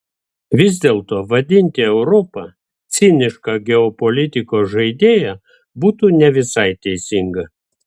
vis dėlto vadinti europą ciniška geopolitikos žaidėja būtų ne visai teisinga